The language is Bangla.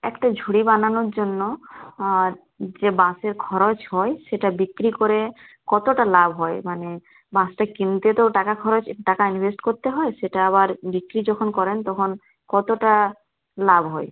একটা ঝুড়ি বানানোর জন্য যে বাঁশের খরচ হয় সেটা বিক্রি করে কতটা লাভ হয় মানে বাঁশটা কিনতে তো টাকা খরচ টাকা ইনভেস্ট করতে হয় সেটা আবার বিক্রি যখন করেন তখন কতটা লাভ হয়